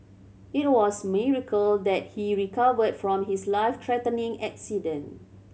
it was a miracle that he recovered from his life threatening accident